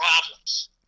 problems